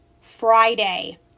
Friday